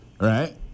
Right